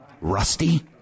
Rusty